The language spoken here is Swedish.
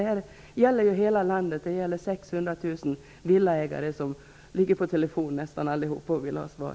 Det här gäller hela landet. Det gäller 600 000 villaägare, som ligger på telefonen nästan allihop och vill ha svar.